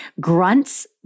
grunts